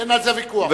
אין על זה ויכוח.